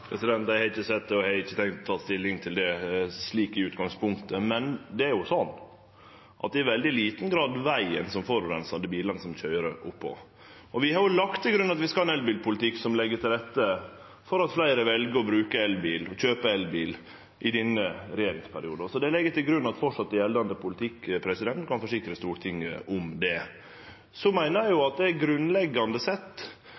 har eg ikkje sett, og eg har i utgangspunktet ikkje tenkt å ta stilling til det. Men det er jo i veldig liten grad vegen som forureinar – det er bilane som køyrer på han. Vi har lagt til grunn at vi skal ha ein elbilpolitikk som legg til rette for at fleire vel å bruke og kjøpe elbil i denne regjeringsperioden. Det legg eg til grunn framleis er gjeldande politikk, og kan forsikre Stortinget om det. Eg meiner at det grunnleggjande sett